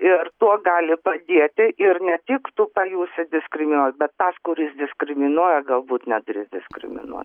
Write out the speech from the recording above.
ir tuo gali padėti ir ne tik tu pajusi diskriminuo bet tas kuris diskriminuoja galbūt nedrįs diskriminuoti